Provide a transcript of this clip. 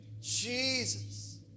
Jesus